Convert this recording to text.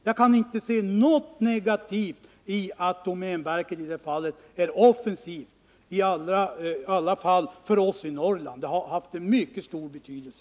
Jag kan inte se något negativt i att domänverket i det fallet är offensivt. Atminstone för oss i Norrland har det haft mycket stor betydelse.